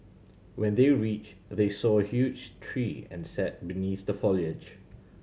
when they reached they saw a huge tree and sat beneath the foliage